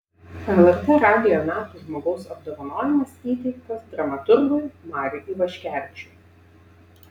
lrt radijo metų žmogaus apdovanojimas įteiktas dramaturgui mariui ivaškevičiui